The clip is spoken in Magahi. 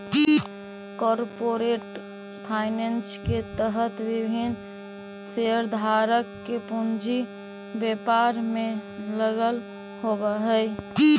कॉरपोरेट फाइनेंस के तहत विभिन्न शेयरधारक के पूंजी व्यापार में लगल होवऽ हइ